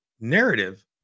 narrative